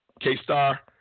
K-Star